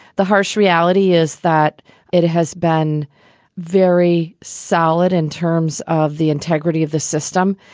the harsh reality is that it has been very solid in terms of the integrity of the system,